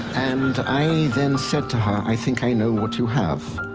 and i then said to her, i think i know what you have.